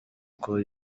uko